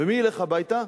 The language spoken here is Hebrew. ומי ילך הביתה?